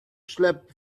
slept